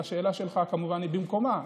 והשאלה שלך היא כמובן במקומה.